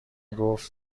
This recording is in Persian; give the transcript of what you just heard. گفت